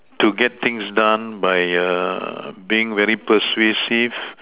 to get things done by err being very persuasive